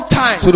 time